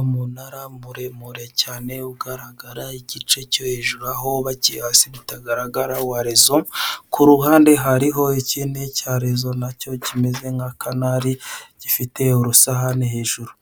Umunara muremure cyane ugaragara igice cyo hejuru aho wubakiye hasi hatagaragara wa rezo, ku ruhande hariho ikindi cya rezo nacyo kimeze nka kanali gifite urusahani hejuru,